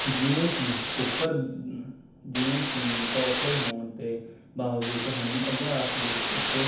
ਜਿਵੇਂ ਕਿ ਉੱਪਰ ਜਿਵੇਂ ਕਿ ਤੋਹਫ਼ੇ ਹੋਣ ਅਤੇ ਬਾਵਜੂਦ ਤੁਹਾਨੂੰ ਅਭਿਆਸ ਵਿੱਚ ਇੱਕ